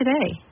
today